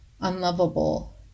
unlovable